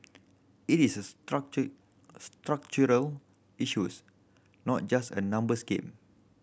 it is a structure structural issues not just a numbers game